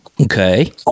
Okay